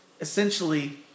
essentially